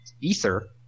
Ether